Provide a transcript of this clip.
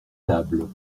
tables